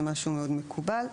זה משהו מאוד מקובל.